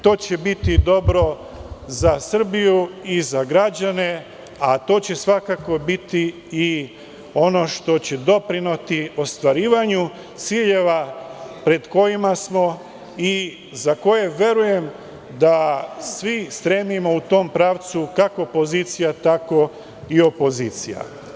To će biti dobro za Srbiju i za građane, a to će svakako biti i ono što će doprineti ostvarivanju ciljeva pred kojima smo i za koje verujem da svi stremimo u tom pravcu, kako pozicija, tako i opozicija.